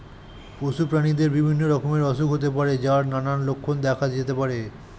পশু প্রাণীদের বিভিন্ন রকমের অসুখ হতে পারে যার নানান লক্ষণ দেখা যেতে পারে